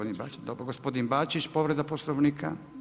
Dobro, gospodin Bačić povreda Poslovnika.